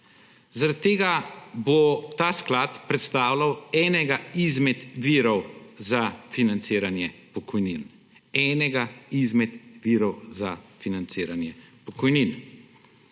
Zaradi tega bo ta sklad predstavljal enega izmed virov za financiranje pokojnin.